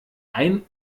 ein